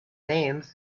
names